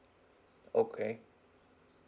okay